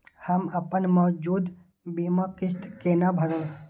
हम अपन मौजूद बीमा किस्त केना भरब?